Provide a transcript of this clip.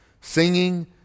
Singing